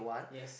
yes